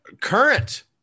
current